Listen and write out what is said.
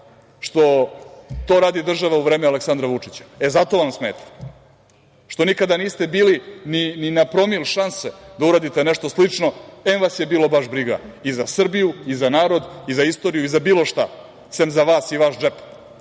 što to radi država u vreme Aleksandra Vučića? Zato vam smeta. Što nikada niste bili ni na promil šanse da uradite nešto slično, em vas je bilo baš briga i za Srbiju i za narod i za istoriju i za bilo šta, sem za vas i vaš džep.